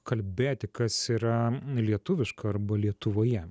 kalbėti kas yra lietuviška arba lietuvoje